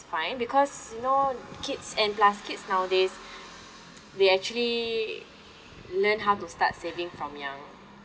fine because you know kids and plus kids nowadays they actually learn how to start saving from young